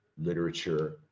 literature